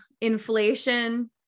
inflation